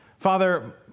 Father